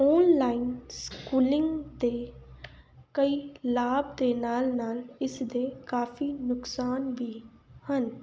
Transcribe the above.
online schooling ਦੇ ਕਈ ਲਾਭ ਦੇ ਨਾਲ ਨਾਲ ਇਸਦੇ ਕਾਫੀ ਨੁਕਸਾਨ ਵੀ ਹਨ